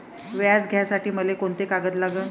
व्याज घ्यासाठी मले कोंते कागद लागन?